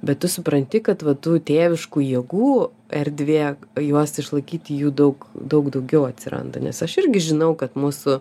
bet tu supranti kad va tų tėviškų jėgų erdvė juos išlaikyti jų daug daug daugiau atsiranda nes aš irgi žinau kad mūsų